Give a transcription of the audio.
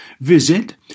Visit